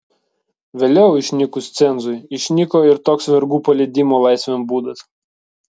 vėliau išnykus cenzui išnyko ir toks vergų paleidimo laisvėn būdas